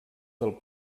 del